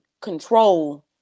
control